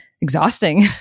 exhausting